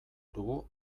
dugu